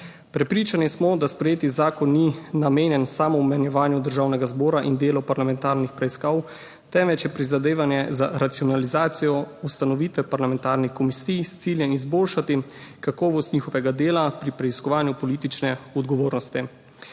Prepričani smo, da sprejeti zakon ni namenjen samo omejevanju državnega zbora in delu parlamentarnih preiskav, temveč je prizadevanje za racionalizacijo ustanovitve parlamentarnih komisij s ciljem izboljšati kakovost njihovega dela pri preiskovanju politične odgovornosti.